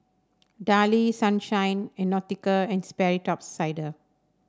Darlie Sunshine and Nautica And Sperry Top Sider